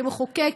כמחוקק,